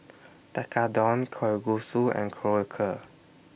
Tekkadon Kalguksu and Korokke